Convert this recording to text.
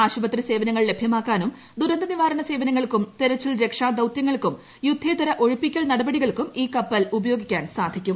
ആശുപത്രി സേവനങ്ങൾ ലഭ്യമാക്കാനു്കു ദൂരന്ത നിവാരണ സേവനങ്ങൾക്കും തെരച്ചിൽ രക്ഷാ ദൃത്തൃങ്ങൾക്കും യുദ്ധേതര ഒഴിപ്പിക്കൽ നടപടികൾക്കും ഈ കപ്പലു്കൾ ഉപയോഗിക്കാൻ സാധിക്കും